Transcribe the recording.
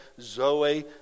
Zoe